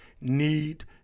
need